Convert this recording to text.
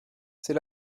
c’est